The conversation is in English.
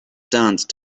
danced